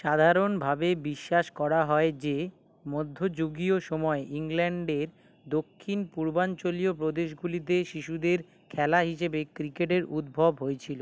সাধারণভাবে বিশ্বাস করা হয় যে মধ্যযুগীয় সময়ে ইংল্যান্ডের দক্ষিণ পূর্বাঞ্চলীয় প্রদেশগুলিতে শিশুদের খেলা হিসেবে ক্রিকেটের উদ্ভব হয়েছিল